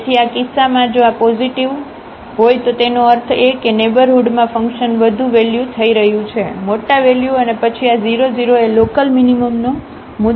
તેથી આ કિસ્સામાં જો આ પોઝિટિવ છે તેનો અર્થ એ કે નેઇબરહુડમાં ફંકશન વધુ વેલ્યુ લઈ રહ્યું છે મોટા વેલ્યુ અને પછી આ 00 એ લોકલમીનીમમનો મુદ્દો હોવો જોઈએ